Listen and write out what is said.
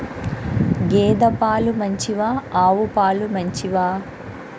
గేద పాలు మంచివా ఆవు పాలు మంచివా?